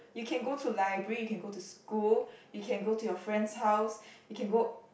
you can go to library you can go to school you can go to your friend's house you can go